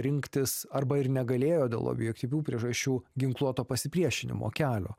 rinktis arba ir negalėjo dėl objektyvių priežasčių ginkluoto pasipriešinimo kelio